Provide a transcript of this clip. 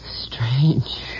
Strange